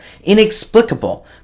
inexplicable